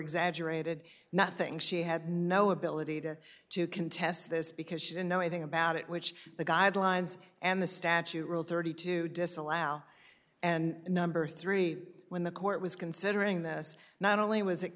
exaggerated nothing she had no ability to to contest this because she didn't know anything about it which the guidelines and the statue rule thirty to disallow and number three when the court was considering this not only was it